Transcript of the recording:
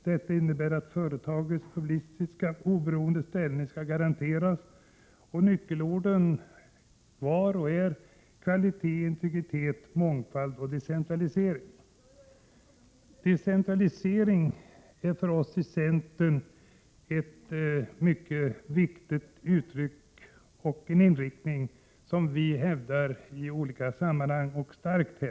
Det innebär att företagets publicistiska oberoendeställning skall garanteras. Nyckelorden var och är kvalitet, integritet, mångfald och decentralisering. Decentraliseringen är för oss i centern ett mycket viktigt uttryck och en inriktning som vi starkt hävdar i olika sammanhang.